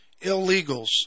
illegals